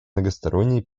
многосторонние